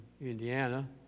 Indiana